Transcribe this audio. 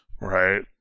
Right